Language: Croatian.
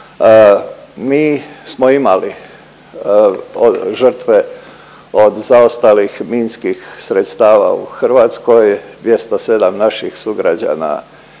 Mi smo imali žrtve od zaostalih minskih sredstava u Hrvatskoj 207 naših sugrađana